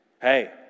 hey